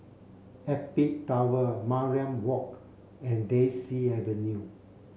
Apex Tower Mariam Walk and Daisy Avenue